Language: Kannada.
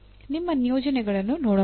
ನಿಮ್ಮ ನಿಯೋಜನೆಗಳನ್ನು ನೋಡೋಣ